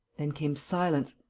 then came silence,